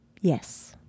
Yes